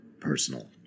Personal